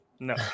No